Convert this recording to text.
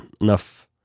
enough